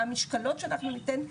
מה המשקלות שאנחנו ניתן,